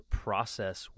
process